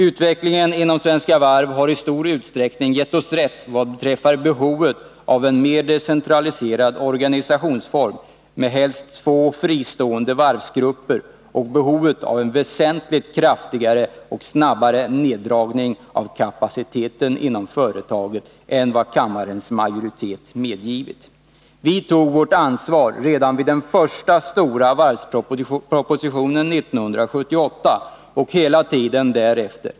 Utvecklingen inom Svenska Varv har i stor utsträckning gett oss rätt vad beträffar behovet av en mer decentraliserad organisationsform med två fristående varvsgrupper och behovet av en väsentligt kraftigare och snabbare neddragning av kapaciteten inom företaget än vad kammarens majoritet medgivit. Vi tog vårt ansvar redan vid behandlingen av den första stora varvspropositionen 1978 och har gjort det hela tiden därefter.